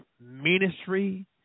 ministry